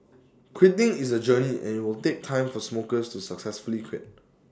quitting is A journey and IT will take time for smokers to successfully quit